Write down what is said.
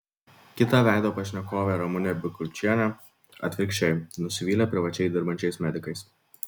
kita veido pašnekovė ramunė bikulčienė atvirkščiai nusivylė privačiai dirbančiais medikais